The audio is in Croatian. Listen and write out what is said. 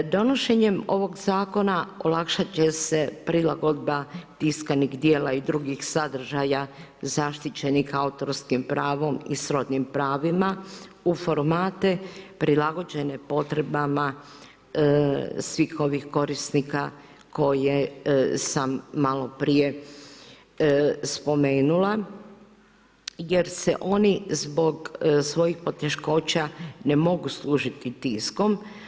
Donošenjem ovog zakona olakšati će se prilagodba tiskanih djela i drugih sadržaja zaštićenih autorskim pravom i srodnim pravima u formate prilagođene potrebama svih ovih korisnika koje sam maloprije spomenula jer se oni zbog svojih poteškoća ne mogu služiti tiskom.